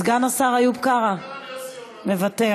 סגן השר איוב קרא, מוותר.